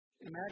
Imagine